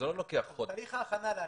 תהליך ההכנה.